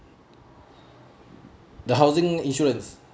the housing insurance